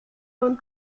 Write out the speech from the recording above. vom